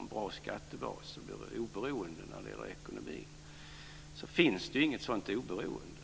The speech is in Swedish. en bra skattebas och blir oberoende när det gäller ekonomin. Det finns inget sådant oberoende.